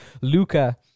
luca